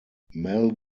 mel